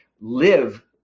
live